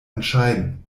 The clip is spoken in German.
entscheiden